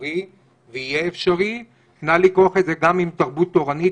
אפשרי ויהיה אפשרי נא לכרוך את זה גם עם תרבות תורנית,